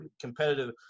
competitive